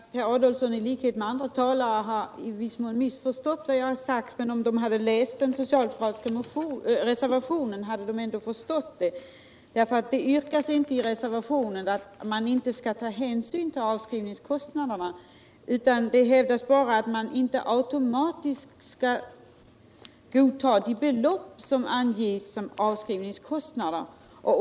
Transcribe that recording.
Herr talman! Jag beklagar att Tage Adolfsson i likhet med andra talare i viss mån har missförstått vad jag har sagt. Men om de hade läst den socialdemokratiska reservationen hade de förstått det. I reservationen yrkas inte att man inte skall ta hänsyn till avskrivningskostnaderna, utan det hävdas bara att man inte automatiskt skall godta de belopp som anges såsom avskrivningskostnader.